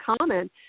common